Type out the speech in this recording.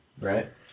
Right